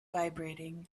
vibrating